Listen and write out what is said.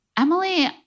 Emily